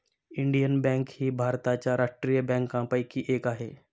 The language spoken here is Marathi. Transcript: इंडियन बँक ही भारताच्या राष्ट्रीय बँकांपैकी एक आहे